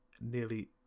nearly